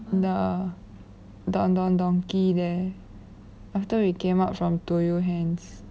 the don don donki there after we came out from tokyu hands